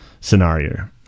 scenario